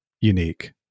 unique